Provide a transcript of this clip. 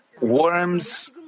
worms